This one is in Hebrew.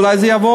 אולי זה יעבור.